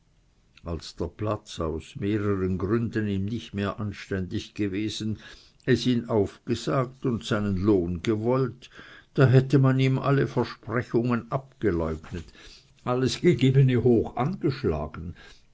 als der platz aus mehreren gründen ihm nicht mehr anständig gewesen es ihn aufgesagt und seinen lohn gewollt da hätte man ihm alle versprechungen abgeläugnet alles gegebene hoch angeschlagen